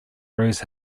rose